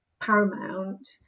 paramount